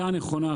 נכונה,